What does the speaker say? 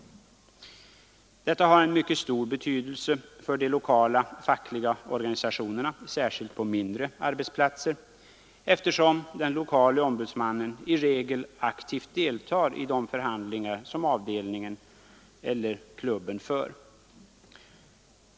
Detta har en mycket stor betydelse för de lokala fackliga organisationerna, särskilt på mindre arbetsplatser, eftersom den lokale ombudsmannen i regel aktivt deltar i de förhandlingar som avdelningen eller klubben för.